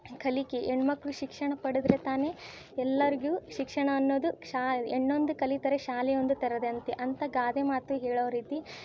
ಕಲಿಕೆ ಹೆಣ್ಮಕ್ಳು ಶಿಕ್ಷಣ ಪಡೆದರೆ ತಾನೇ ಎಲ್ಲರಿಗೂ ಶಿಕ್ಷಣ ಅನ್ನೋದು ಶಾ ಹೆಣ್ಣೊಂದು ಕಲಿತರೆ ಶಾಲೆ ಒಂದು ತೆರದಂತೆ ಅಂತ ಗಾದೆ ಮಾತು ಹೇಳೋ ರೀತಿ